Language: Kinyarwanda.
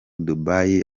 dubai